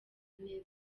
neza